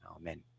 Amen